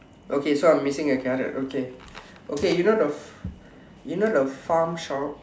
okay so I'm missing a carrot okay okay you know the you know the farm shop